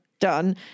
done